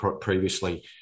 previously